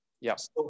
Yes